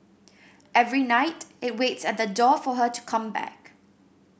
every night it waits at the door for her to come back